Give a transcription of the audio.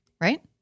right